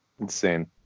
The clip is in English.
Insane